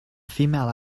female